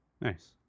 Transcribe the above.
Nice